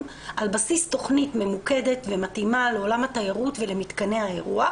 על בסיס תכנית ממוקדת ומתאימה לעולם התיירות ולמתקני האירוח.